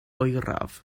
oeraf